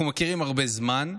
אנחנו מכירים הרבה זמן.